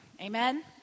amen